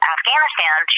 Afghanistan